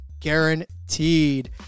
guaranteed